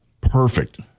Perfect